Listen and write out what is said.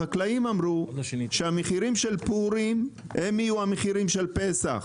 החקלאים אמרו שהמחירים של פורים הם יהיו המחירים של פסח.